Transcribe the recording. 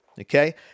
Okay